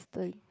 stern